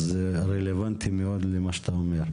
אז זה רלוונטי מאוד למה שאתה אומר.